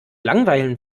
langweilen